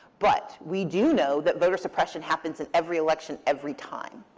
but we do know that voter suppression happens in every election every time.